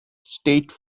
state